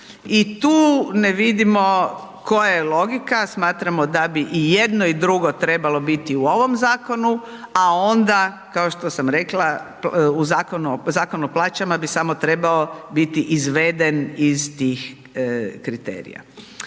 i tu ne vidimo koja je logika, smatramo da bi jedno i drugo trebalo biti u ovom zakonu, a onda kao što sam rekla Zakon o plaćama bi samo trebao biti izveden iz tih kriterija.